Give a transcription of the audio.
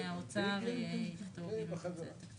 העלות של כל אחת מהן היא מעל הסכום שקבוע בחוק היסוד?